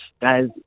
guys